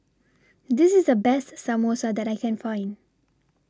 This IS The Best Samosa that I Can Find